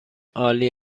عالی